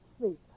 sleep